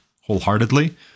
wholeheartedly